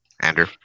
andrew